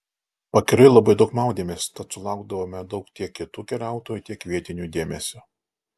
pakeliui labai daug maudėmės tad sulaukdavome daug tiek kitų keliautojų tiek vietinių dėmesio